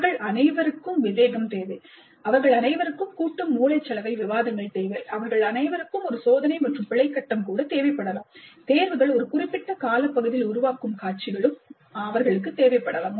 அவர்கள் அனைவருக்கும் விவேகம் தேவை அவர்கள் அனைவருக்கும் கூட்டு மூளைச்சலவை விவாதங்கள் தேவை அவர்கள் அனைவருக்கும் ஒரு சோதனை மற்றும் பிழை கட்டம் கூட தேவைப்படலாம் ஒரு குறிப்பிட்ட காலப்பகுதியில் உருவாகும் காட்சிகள் அவர்களுக்கு தேவைப்படலாம்